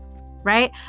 right